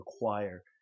require